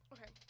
Okay